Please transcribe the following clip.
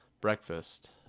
Breakfast